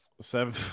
Seven